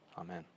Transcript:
Amen